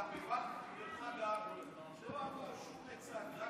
גם בבלפור, דרך אגב, לא הראו שום מיצג, רק